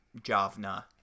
Javna